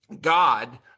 God